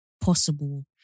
possible